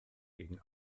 gegen